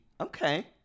okay